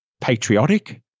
patriotic